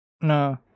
No